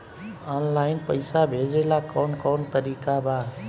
Online पइसा भेजेला कवन कवन तरीका बा?